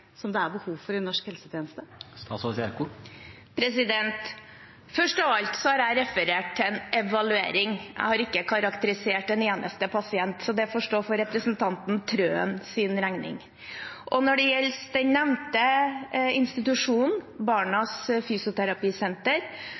som det er behov for i norsk helsetjeneste? Først av alt: Jeg har referert til en evaluering, jeg har ikke karakterisert en eneste pasient, så det får stå for representanten Trøens regning. Når det gjelder den nevnte institusjonen, Barnas Fysioterapisenter,